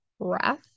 breath